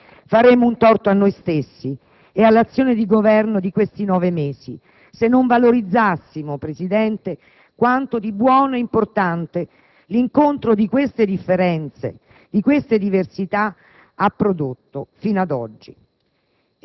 Faremmo un torto a noi stessi e all'azione di Governo di questi nove mesi se non valorizzassimo, Presidente, quanto di buono e importante l'incontro di queste differenze, di queste diversità ha prodotto fino ad oggi.